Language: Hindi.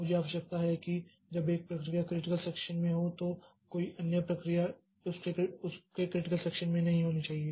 मुझे आवश्यकता है कि जब एक प्रक्रिया क्रिटिकल सेक्षन में हो तो कोई अन्य प्रक्रिया उसके क्रिटिकल सेक्षन में नहीं होनी चाहिए